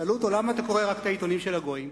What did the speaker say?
שאלו אותו: למה אתה קורא רק את העיתונים של הגויים?